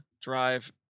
drive